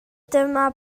dyma